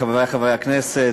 חברי חברי הכנסת,